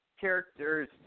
character's